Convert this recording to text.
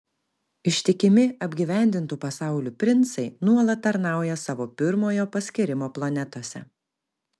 ištikimi apgyvendintų pasaulių princai nuolat tarnauja savo pirmojo paskyrimo planetose